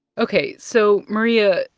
ok. so, maria,